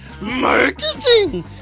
Marketing